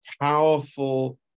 powerful